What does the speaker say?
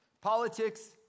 politics